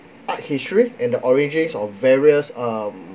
art history and the origin of various um